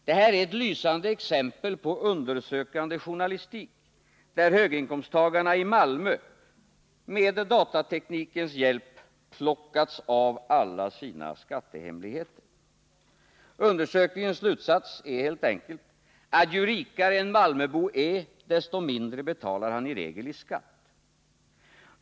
Det är ett lysande exempel på undersökande journalistik, där höginkomsttagarna i Malmö med datateknikens hjälp plockats av alla sina skattehemligheter. Undersökningens slutsats är helt enkelt att ju rikare en malmöbo är desto mindre betalar han i regel i skatt.